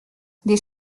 des